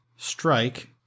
Strike